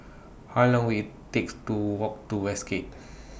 How Long Will IT takes to Walk to Westgate